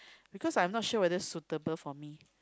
because I'm not sure whether suitable for me